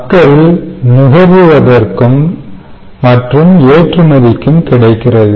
மக்கள் நுகர்வுவதற்கும் மற்றும் ஏற்றுமதிக்கும் கிடைக்கிறது